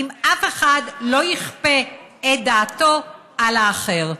אם אף אחד לא יכפה את דעתו על האחר.